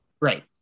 Right